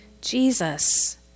Jesus